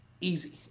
easy